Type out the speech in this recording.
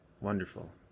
Wonderful